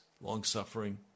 long-suffering